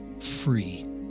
free